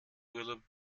urlaub